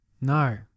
No